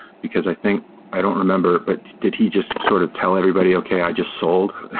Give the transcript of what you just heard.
because i think i don't remember, but did he just sort of tell everybody, okay. i just sold.